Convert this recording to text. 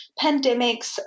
pandemics